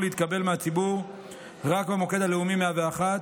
להתקבל מהציבור רק במוקד הלאומי 101,